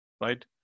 right